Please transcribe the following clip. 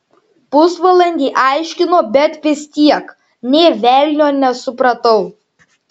pusvalandį aiškino bet vis tiek nė velnio nesupratau